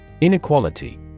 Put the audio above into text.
Inequality